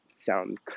sound